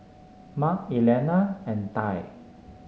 Mark Elliana and Tai